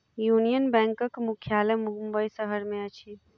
union बैंकक मुख्यालय मुंबई शहर में अछि